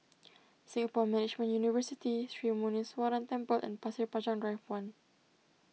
Singapore Management University Sri Muneeswaran Temple and Pasir Panjang Drive one